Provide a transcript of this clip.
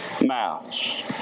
mouths